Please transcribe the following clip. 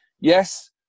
Yes